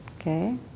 okay